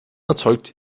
erzeugt